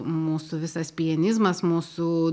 mūsų visas pianizmas mūsų